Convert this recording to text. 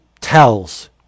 tells